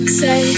say